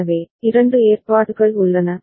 எனவே இரண்டு ஏற்பாடுகள் உள்ளன